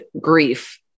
grief